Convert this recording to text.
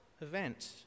event